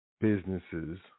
businesses